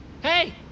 Hey